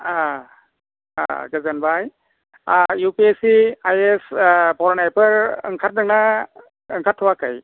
अ अ गोजोनबाय U P S C I S फरायनायफोर ओंखारदोंना ओंखारथ'वाखै